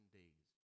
days